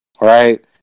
right